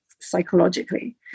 psychologically